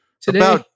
today